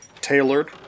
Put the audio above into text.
tailored